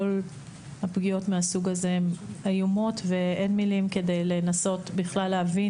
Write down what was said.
כל הפגיעות מהסוג הזה הן איומות ואין מילים כדי לנסות להבין